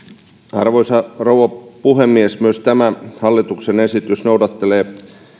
arvoisa rouva puhemies myös tämä hallituksen esitys noudattelee